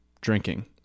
drinking